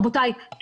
רבותיי,